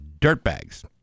dirtbags